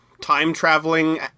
time-traveling